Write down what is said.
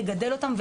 לגדל אותם,